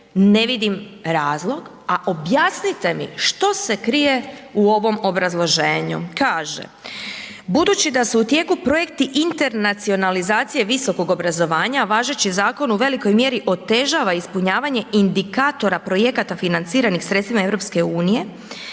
ne vidim razlog, a objasnite mi što se krije u ovom obrazloženju. Kaže: „Budući da su u tijeku projekti internacionalizacije visokog obrazovanja važeći zakon u velikoj mjeri otežava ispunjavanje indikatora projekata financiranih sredstvima EU